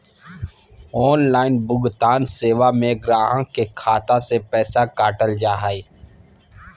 online भुगतान सेवा में गाहक के खाता से पैसा काटल जा हइ